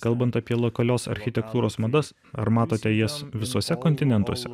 kalbant apie lokalios architektūros madas ar matote jis visuose kontinentuose